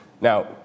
Now